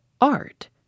Art